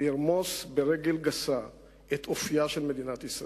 לרמוס ברגל גסה את אופיה של מדינת ישראל.